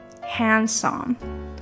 Handsome